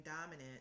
dominant